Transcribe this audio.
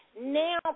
now